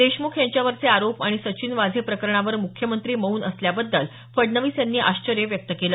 देशमुख यांच्यावरचे आरोप आणि सचिन वाझे प्रकरणावर म्ख्यमंत्री मौन असल्याबद्दल फडणवीस यांनी आश्चर्य व्यक्त केलं